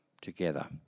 together